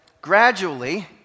gradually